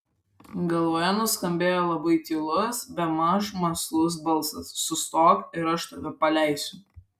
galvoje nuskambėjo labai tylus bemaž mąslus balsas sustok ir aš tave paleisiu